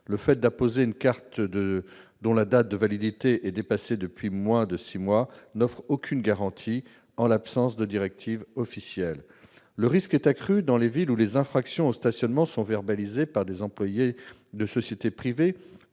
Le fait d'apposer une carte dont la date de validité est dépassée depuis moins de six mois n'offre aucune garantie, en l'absence de directive officielle. Le risque est accru dans les villes où les infractions au stationnement sont verbalisées par des employés de sociétés privées